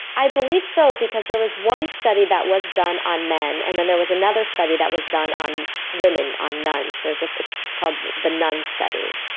i believe so, because there was one study that was done on men and then there was another study that was done on women, on nuns. it's called the nun study.